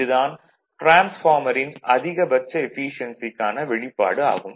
இது தான் டிரான்ஸ்பார்மரின் அதிகபட்ச எஃபீசியென்சிக்கான வெளிப்பாடு ஆகும்